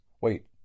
Wait